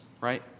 right